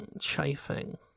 Chafing